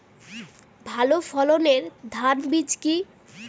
ভালো ফলনের ধান বীজ কি?